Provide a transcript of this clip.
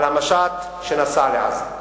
על המשט שנסע לעזה.